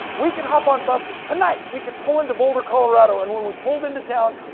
we can hop on buses. tonight, we could pull into boulder, colorado and when we pulled into town,